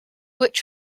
which